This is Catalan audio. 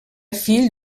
fill